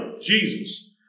Jesus